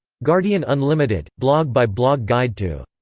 guardian unlimited, blog by blog guide to.